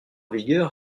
vigueur